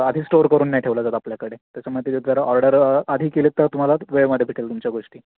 आधी स्टोअर करून नाही ठेवलं जात आपल्याकडे त्याच्यामुळे त्याची जरा ऑर्डर आधी केलीत तर तुम्हाला वेळेमध्ये भेटेल तुमच्या गोष्टी